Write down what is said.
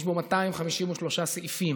ויש בו 253 סעיפים.